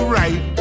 right